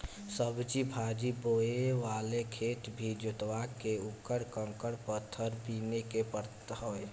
सब्जी भाजी बोए वाला खेत के भी जोतवा के उकर कंकड़ पत्थर बिने के पड़त हवे